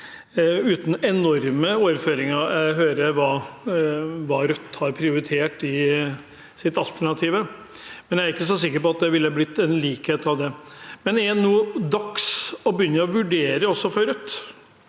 uten enorme overføringer. Jeg hører hva Rødt har prioritert i sitt alternativ, men jeg er ikke så sikker på at det ville blitt likhet av det. Er det nå dags for å begynne å vurdere også